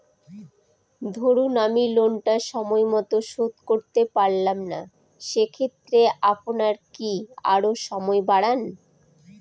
ধরুন আমি লোনটা সময় মত শোধ করতে পারলাম না সেক্ষেত্রে আপনার কি আরো সময় বাড়ান?